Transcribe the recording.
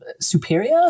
superior